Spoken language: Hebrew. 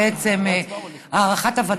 בעצם על הרחבת,